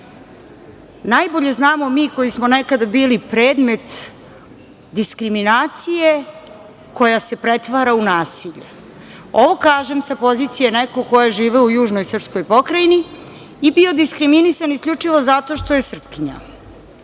Najbolje znamo mi koji smo nekada bili predmet diskriminacije koja se pretvara u nasilje. Ovo kažem sa pozicije nekog ko je živeo u južnoj srpskoj pokrajini i bio diskriminisan isključivo zato što je Srpkinja,